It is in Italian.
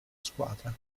squadra